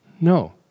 No